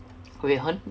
hui hen